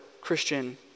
Christian